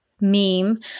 meme